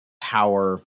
power